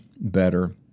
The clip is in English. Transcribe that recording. better